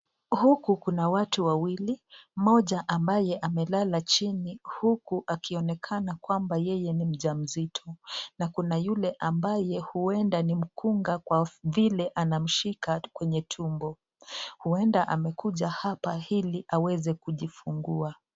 Huku kuna watu wawili. Mmoja ambaye amelala chini huku akionekana kwamba yeye ni mjamzito. Na kuna yule ambaye huenda ni mkunga kwa vile anamshika kwenye tumbo. Huenda amekuja hapa ili aweze kujifungua.